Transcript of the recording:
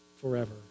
forever